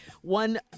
One